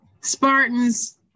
Spartans